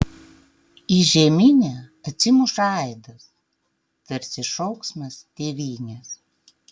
į žeminę atsimuša aidas tarsi šauksmas tėvynės